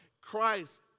Christ